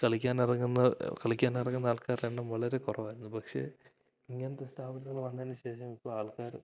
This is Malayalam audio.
കളിക്കാനിറങ്ങുന്ന കളിക്കാനിറങ്ങുന്ന ആൾക്കാരുടെ എണ്ണം വളരെ കുറവായിരുന്നു പക്ഷേ ഇങ്ങനത്തെ സ്ഥാപനങ്ങള് വന്നതിനുശേഷം ഇപ്പോള് ആൾക്കാര്